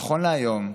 נכון להיום,